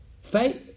Faith